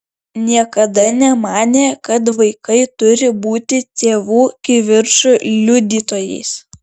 niekada nemanė kad vaikai turi būti tėvų kivirčų liudytojais